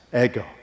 Ego